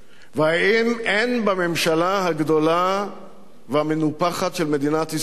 והאם אין בממשלה הגדולה והמנופחת של מדינת ישראל